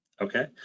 Okay